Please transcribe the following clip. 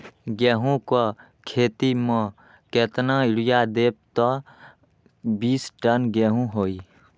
गेंहू क खेती म केतना यूरिया देब त बिस टन गेहूं होई?